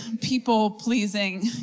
people-pleasing